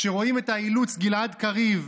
כשרואים את האילוץ גלעד קריב,